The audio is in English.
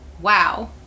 Wow